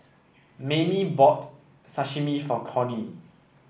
Maymie bought Sashimi for Cornie